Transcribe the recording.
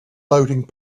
loading